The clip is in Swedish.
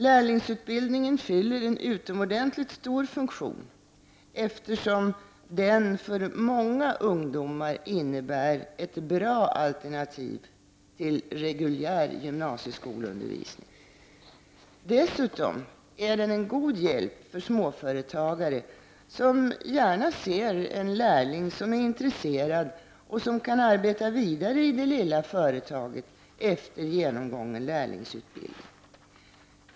Lärlingsutbildningen fyller en utomordentligt stor funktion, eftersom den för många ungdomar innebär ett bra alternativ till reguljär gymnasieskolundervisning. Dessutom är den en god hjälp för småföretagare, som gärna ser en lärling som är intresserad och som kan arbeta vidare i det lilla företaget efter genomgången lärlingsutbildning.